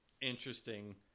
interesting